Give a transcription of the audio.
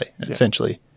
essentially